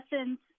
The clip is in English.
essence